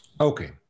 Okay